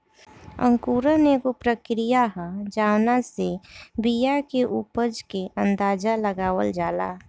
अंकुरण एगो प्रक्रिया ह जावना से बिया के उपज के अंदाज़ा लगावल जाला